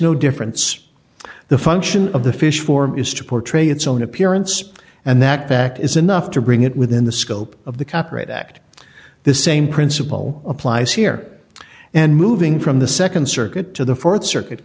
no difference the function of the fish form is to portray its own appearance and that that is enough to bring it within the scope of the copyright act the same principle applies here and moving from the nd circuit to the th circuit